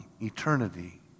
eternity